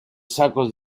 sacos